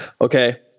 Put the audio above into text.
Okay